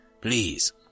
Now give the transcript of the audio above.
please